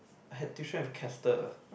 I had tuition with Castor